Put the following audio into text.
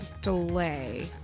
delay